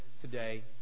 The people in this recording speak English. today